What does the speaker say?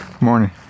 Morning